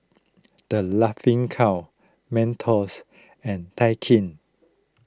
the Laughing Cow Mentos and Daikin